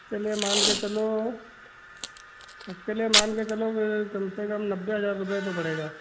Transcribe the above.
उसके लिए मान कर चलो उसके लिए मान कर चलो कम से कम नब्बे हजार रुपये तो पड़ेगा